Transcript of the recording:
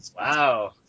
Wow